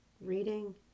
reading